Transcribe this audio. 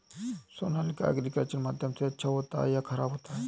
Sonalika agriculture माध्यम से अच्छा होता है या ख़राब होता है?